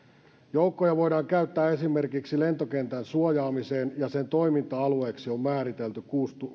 joukkoja voidaan käyttää esimerkiksi lentokentän suojaamiseen ja sen toiminta alueeksi on määritelty